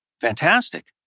fantastic